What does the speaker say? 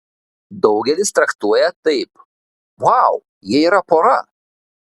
daugelis traktuoja taip vau jie yra pora